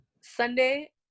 Sunday